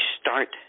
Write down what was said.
start